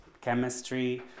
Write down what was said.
chemistry